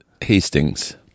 Hastings